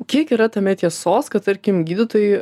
kiek yra tame tiesos kad tarkim gydytojai